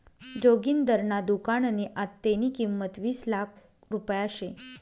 जोगिंदरना दुकाननी आत्तेनी किंमत वीस लाख रुपया शे